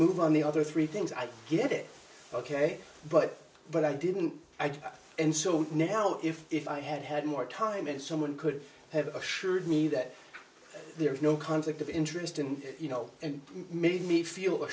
move on the other three things i did it ok but but i didn't i did and so now if if i had had more time and someone could have assured me that there is no conflict of interest and you know and made me feel a